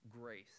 grace